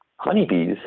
honeybees